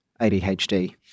ADHD